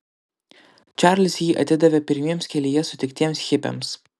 čarlis jį atidavė pirmiems kelyje sutiktiems hipiams